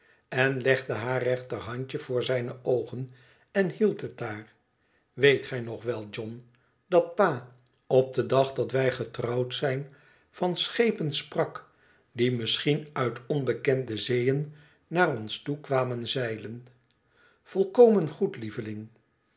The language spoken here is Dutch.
en legde haar rechterhandje voor zijne oogen en hield het daar weet gij nog wel john dat pa op den dag dat wij getrouwd zijn van schepen sprak die misschien uit onbekende zeeën naar ons toe kwamen zeilen volkomen goed lieveling